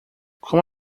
como